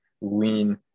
lean